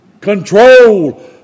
Control